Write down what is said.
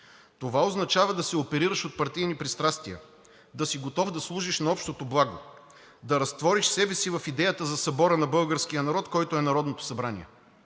Това означава да се оперираш от партийни пристрастия, да си готов да служиш на общото благо, да разтвориш себе си в идеята за събора на българския народ, който е Народното събрание.